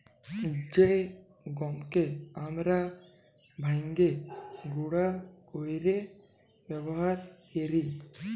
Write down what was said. জ্যে গহমকে আমরা ভাইঙ্গে গুঁড়া কইরে ব্যাবহার কৈরি